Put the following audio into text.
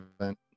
event